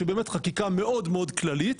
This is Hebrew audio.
שבאמת חקיקה מאוד מאוד כללית,